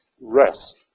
rest